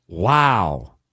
Wow